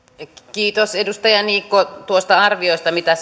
kiitos edustaja niikko tuosta arviosta mitä